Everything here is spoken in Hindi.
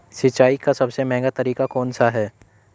सिंचाई का सबसे महंगा तरीका कौन सा है?